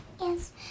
Yes